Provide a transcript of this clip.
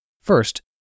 First